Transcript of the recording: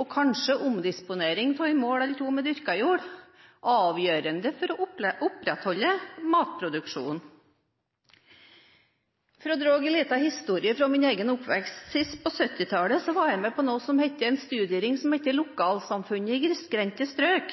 og kanskje omdisponering av et mål eller to med dyrket jord, avgjørende for å opprettholde matproduksjonen. For å ta en liten historie fra min egen oppvekst: Sist på 1970-tallet var jeg med på en studiering som het lokalsamfunnet i grisgrendte strøk.